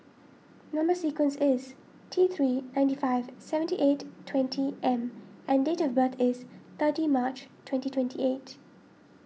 Number Sequence is T three ninety five seventy eight twenty M and date of birth is thirty March twenty twenty eight